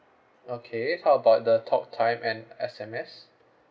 okay how about the talktime and S_M_S